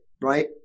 right